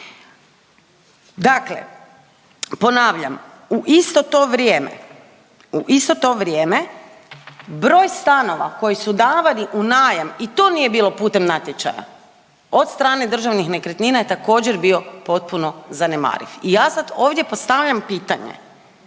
u isto to vrijeme, u isto to vrijeme broj stanova koji su davani u najam i to nije putem natječaja od strane Državnih nekretnina je također bio potpuno zanemariv i ja sad ovdje postavljam pitanje